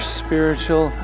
spiritual